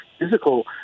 physical